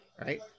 Right